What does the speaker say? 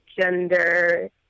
gender